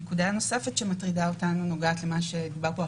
נקודה נוספת שמטרידה אותנו נוגעת למה שדובר פה,